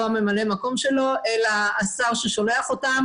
לא ממלא המקום שלו אלא השר ששולח אותם